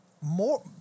more